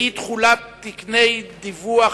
(אי-תחולת תקני דיווח